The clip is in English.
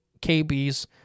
KBs